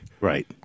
Right